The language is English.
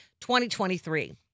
2023